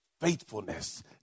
faithfulness